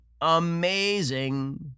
amazing